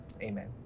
Amen